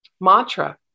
mantra